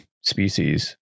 species